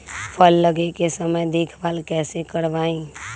फल लगे के समय देखभाल कैसे करवाई?